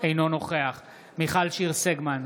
אינו נוכח מיכל שיר סגמן,